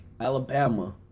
Alabama